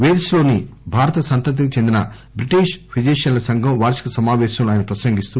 pales లోని భారత సంతతికి చెందిన బ్రిటీష్ ఫిజిషియన్ల సంఘం వార్షిక సమాపేశంలో ఆయన ప్రసంగిస్తూ